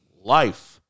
life